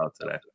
today